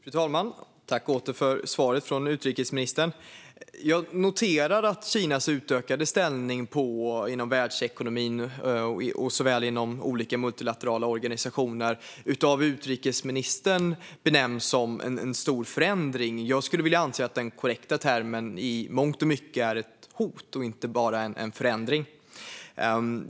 Fru talman! Jag tackar än en gång för svaret från utrikesministern. Jag noterar att Kinas utökade ställning inom världsekonomin och i multilaterala organisationer av utrikesministern benämns som en stor förändring. Jag anser att den korrekta termen i mångt och mycket är ett hot, inte bara en förändring.